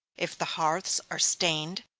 if the hearths are stained,